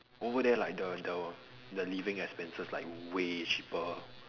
over there like the the the living expenses like way cheaper